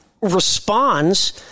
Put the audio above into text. responds